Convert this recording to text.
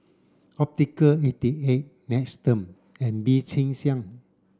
Optical eighty eight Nestum and Bee Cheng Hiang